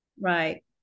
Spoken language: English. Right